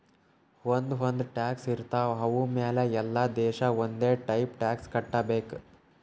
ಒಂದ್ ಒಂದ್ ಟ್ಯಾಕ್ಸ್ ಇರ್ತಾವ್ ಅವು ಮ್ಯಾಲ ಎಲ್ಲಾ ದೇಶ ಒಂದೆ ಟೈಪ್ ಟ್ಯಾಕ್ಸ್ ಕಟ್ಟಬೇಕ್